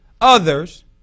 others